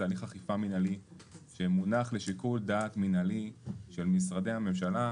הליך אכיפה מנהלי שמונח לשיקול דעת מנהלי של משרדי הממשלה,